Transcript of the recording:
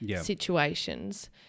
situations